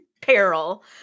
peril